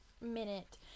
minute